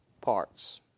parts